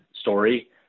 story